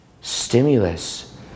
stimulus